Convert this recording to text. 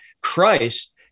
Christ